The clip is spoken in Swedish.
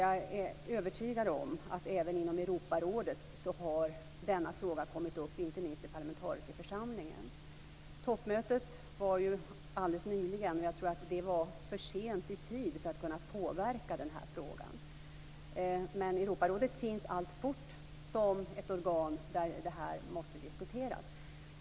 Jag är övertygad om att denna fråga har kommit upp även i Europarådet, inte minst i parlamentarikerförsamlingen. Toppmötet var alldeles nyligen, och jag tror att det var för sent i tid för att kunna påverka frågan. Men Europarådet finns alltfort som ett organ där detta måste diskuteras.